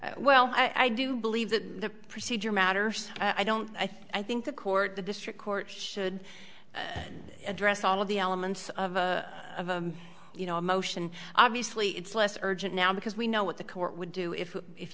not well i do believe that the procedure matters i don't i think the court the district court should address all of the elements of a you know a motion obviously it's less urgent now because we know what the court would do if if